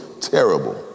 terrible